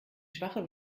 schwache